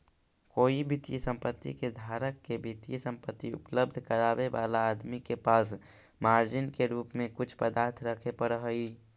कोई वित्तीय संपत्ति के धारक के वित्तीय संपत्ति उपलब्ध करावे वाला आदमी के पास मार्जिन के रूप में कुछ पदार्थ रखे पड़ऽ हई